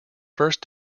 first